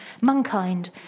mankind